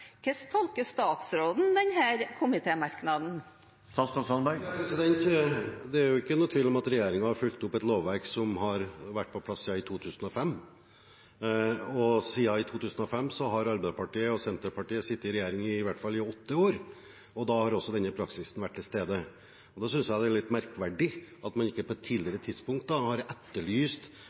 Hvordan tolker statsråden denne komitémerknaden? Det er ingen tvil om at regjeringen har fulgt opp et lovverk som har vært på plass siden 2005. Siden 2005 har Arbeiderpartiet og Senterpartiet sittet i regjering i hvert fall i åtte år, og da har også denne praksisen vært til stede. Jeg synes det er litt merkverdig at man ikke på et tidligere tidspunkt har etterlyst